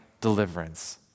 deliverance